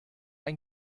ein